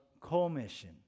commission